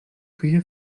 küche